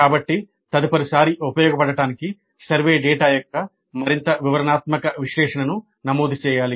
కాబట్టి తదుపరిసారి ఉపయోగపడటానికి సర్వే డేటా యొక్క మరింత వివరణాత్మక విశ్లేషణను నమోదు చేయాలి